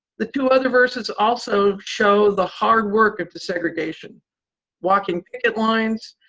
the two other verses also show the hard work of desegregation walking picket lines,